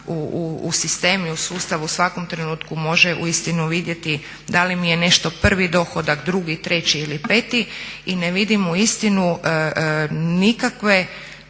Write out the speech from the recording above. u sistem i u sustavu u svakom trenutku može uistinu vidjeti da li mi je nešto prvi dohodak, 2., 3. ili 5. I ne vidim uistinu nikakve